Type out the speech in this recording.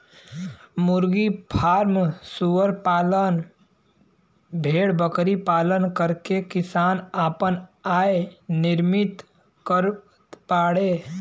मुर्गी फ्राम सूअर पालन भेड़बकरी पालन करके किसान आपन आय निर्मित करत बाडे